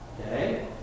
Okay